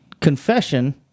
confession